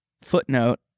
Footnote